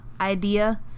idea